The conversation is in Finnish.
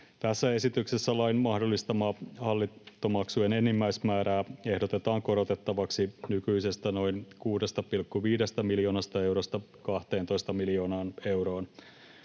Tässä esityksessä lain mahdollistamaa hallintomaksujen enimmäismäärää ehdotetaan korotettavaksi nykyisestä noin 6,5 miljoonasta eurosta 12 miljoonaan euroon.